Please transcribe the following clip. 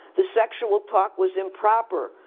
the sexual talk was improper,